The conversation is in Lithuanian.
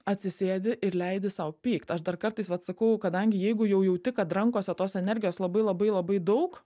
atsisėdi ir leidi sau pykt aš dar kartais vat sakau kadangi jeigu jau jauti kad rankose tos energijos labai labai labai daug